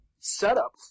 setup